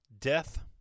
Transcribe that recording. death